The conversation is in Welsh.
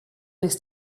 nes